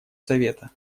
совета